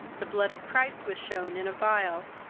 the blood of christ was shewn in a phial,